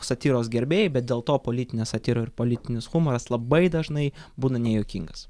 satyros gerbėjai bet dėl to politinė satyra ir politinis humoras labai dažnai būna nejuokingas